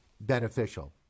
beneficial